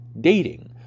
dating